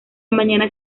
mañana